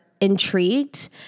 Intrigued